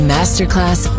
Masterclass